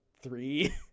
three